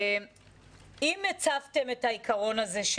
אם הצבתם את העיקרון הזה,